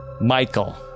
Michael